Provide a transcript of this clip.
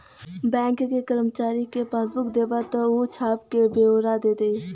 bank के करमचारी के पासबुक देबा त ऊ छाप क बेओरा दे देई